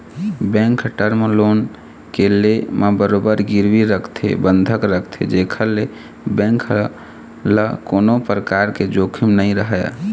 bank ह term loan के ले म बरोबर गिरवी रखथे बंधक रखथे जेखर ले बेंक ल कोनो परकार के जोखिम नइ रहय